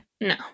No